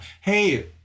hey